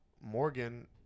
Morgan